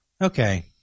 Okay